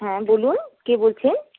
হ্যাঁ বলুন কে বলছেন